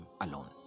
alone